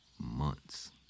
months